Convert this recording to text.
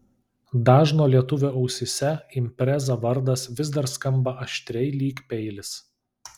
dažno lietuvio ausyse impreza vardas vis dar skamba aštriai lyg peilis